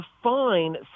define